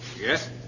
Yes